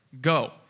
Go